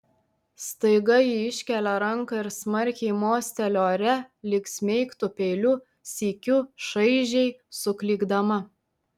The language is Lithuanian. staiga ji iškelia ranką ir smarkiai mosteli ore lyg smeigtų peiliu sykiu šaižiai suklykdama